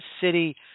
City